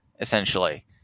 essentially